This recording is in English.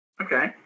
Okay